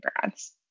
grads